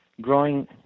growing